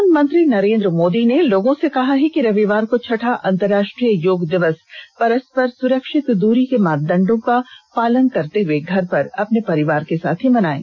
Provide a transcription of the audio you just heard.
प्रधानमंत्री नरेन्द्र मोदी ने लोगों से कहा है कि रविवार को छठा अंतरराष्ट्रीय योग दिवस परस्पर सुरक्षित दूरी के मानदंडों का पालन करते हुए घर पर अपने परिवार के साथ ही मनाएं